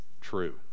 true